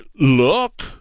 look